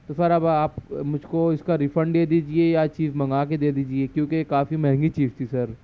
تو سر اب آپ مجھ کو اس کا ریفنڈ دے دیجیے یا چیز منگا کے دے دیجیے کیونکہ یہ کافی مہنگی چیز تھی سر